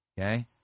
okay